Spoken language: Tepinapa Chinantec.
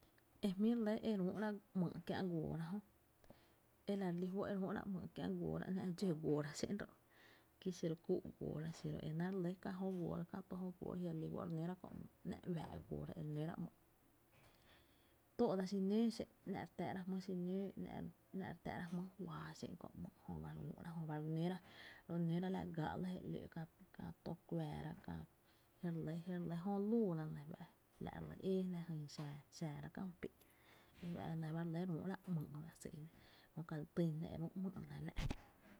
E jmíí’ re lɇ e re üú’ ra ‘myy kiä’ guoora jö, e la re lí fó’ re üú’ra ‘myy’ kiä’ guoora ‘nⱥ’ dxó guoora xé’n ro’ ki xiro k+úú’ guoora xiro e náá’ re lɇ kä jó guoora, kä tó jó guoora jai’ re lí fó’ re nöra köö ‘myy’, ‘nⱥ’ uⱥⱥ’ guoora e re nóra ‘myy’, tóó’ dsa xinǿǿ xé’n, ‘nⱥ’ re tⱥⱥ’ra jmý xinǿǿ ‘nⱥ’ re tⱥⱥ’ra jmý’ fáa xé’n kö’ jöba re nǿra re nǿra la gáá’ je ‘lóó’, kä tóo kuäära kä, re lxinǿǿ jö luura ne, la’ fa’ eejná jyn xää ñö’ra kää jmý pÍ’náá’, e fa’ la ne ba re le e üúra ‘myy’ fá’ sÿ jnáá’ jö ka la týnaá´’ ere üú’ ‘myy’ re le la’.